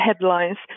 headlines